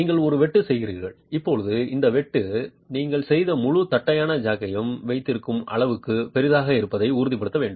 நீங்கள் ஒரு வெட்டு செய்கிறீர்கள் இப்போது இந்த வெட்டு நீங்கள் செய்த முழு தட்டையான ஜாக்கையும் வைத்திருக்கும் அளவுக்கு பெரியதாக இருப்பதை உறுதிப்படுத்த வேண்டும்